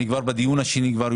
אני יושב כאן כבר בדיון השני ואתם